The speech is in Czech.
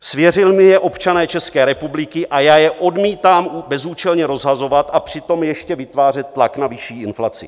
Svěřili mi je občané České republiky a já je odmítám bezúčelně rozhazovat a přitom ještě vytvářet tlak na vyšší inflaci.